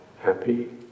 happy